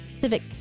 civic